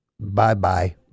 bye-bye